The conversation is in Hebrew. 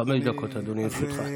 חמש דקות לרשותך.